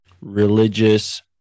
religious